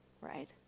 Right